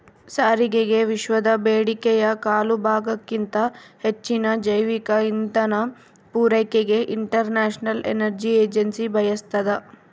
ಸಾರಿಗೆಗೆವಿಶ್ವದ ಬೇಡಿಕೆಯ ಕಾಲುಭಾಗಕ್ಕಿಂತ ಹೆಚ್ಚಿನ ಜೈವಿಕ ಇಂಧನ ಪೂರೈಕೆಗೆ ಇಂಟರ್ನ್ಯಾಷನಲ್ ಎನರ್ಜಿ ಏಜೆನ್ಸಿ ಬಯಸ್ತಾದ